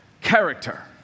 character